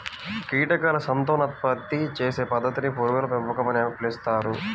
కీటకాల సంతానోత్పత్తి చేసే పద్ధతిని పురుగుల పెంపకం అని పిలుస్తారు